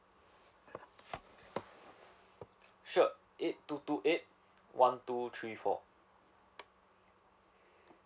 sure eight two two eight one two three four